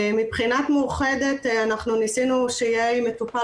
מבחינת מאוחדת אנחנו ניסינו שיהיה עם מטופל